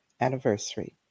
anniversary